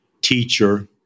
teacher